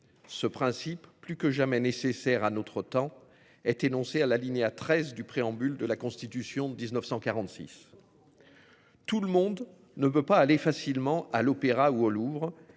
ce principe plus que jamais nécessaire à notre temps est énoncée à l'alinéa 13 du préambule de la Constitution de 1946. Tout le monde ne peut pas aller facilement à l'opéra ou au Louvre.